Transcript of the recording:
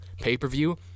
pay-per-view